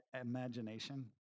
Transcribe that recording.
imagination